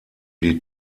die